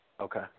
Okay